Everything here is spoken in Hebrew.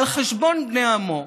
על חשבון בני עמו,